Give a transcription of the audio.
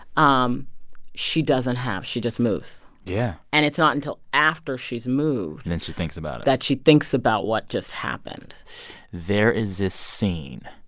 um she doesn't have. she just moves yeah and it's not until after she's moved. and then she thinks about it. that she thinks about what just happened there is this scene